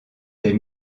des